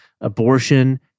abortion